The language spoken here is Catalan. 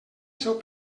seu